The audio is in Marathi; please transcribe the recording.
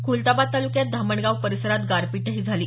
खुलताबाद तालुक्यात धामणगाव परिसरात गारपीटही झाली